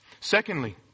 Secondly